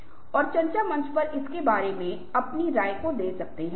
यहां दो समस्याएं हैं एक वह अनुष्ठान है जो हम उन धार्मिक गतिविधियों के लिए करते हैं